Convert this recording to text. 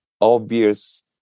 obvious